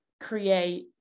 create